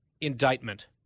indictment